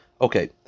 Okay